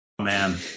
Man